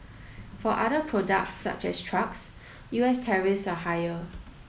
for other products such as trucks U S tariffs are higher